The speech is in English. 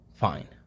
fine